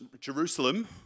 Jerusalem